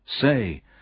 Say